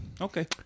Okay